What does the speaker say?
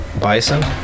Bison